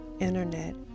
internet